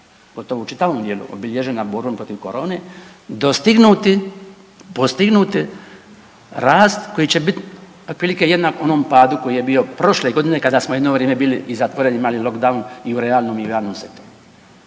gotovo čitavom dijelu obilježena borbom protiv korone dostignuti, postignuti rast koji će biti otprilike jednak onom padu koji je bio prošle godine kada smo jedno vrijeme bili i zatvoreni, imali lock down i u realnom i u javnom sektoru.